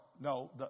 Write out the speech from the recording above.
no